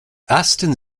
ersten